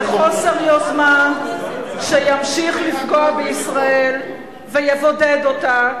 וחוסר יוזמה שימשיך לפגוע בישראל ויבודד אותה,